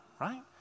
right